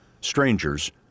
strangers